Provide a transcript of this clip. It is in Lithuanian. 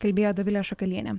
kalbėjo dovilė šakalienė